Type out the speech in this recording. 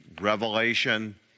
Revelation